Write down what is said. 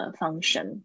function